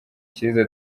cyiza